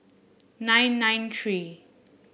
nine nine three